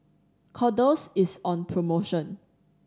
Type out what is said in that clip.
kordel's is on promotion